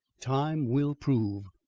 time will prove.